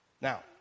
Now